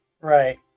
Right